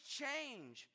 change